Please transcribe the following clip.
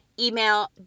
Email